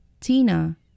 Tina